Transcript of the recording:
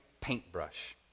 paintbrush